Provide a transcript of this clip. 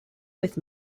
with